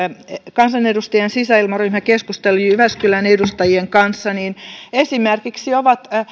kansanedustajien sisäilmaryhmä keskusteli jyväskylän edustajien kanssa ja he esimerkiksi ovat